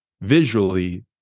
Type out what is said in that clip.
visually